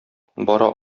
бара